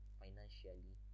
financially